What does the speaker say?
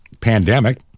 pandemic